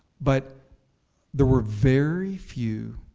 but there were very few,